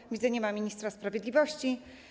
Jak widzę, nie ma ministra sprawiedliwości.